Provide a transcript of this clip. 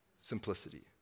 Simplicity